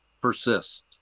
persist